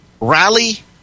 rally